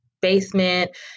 basement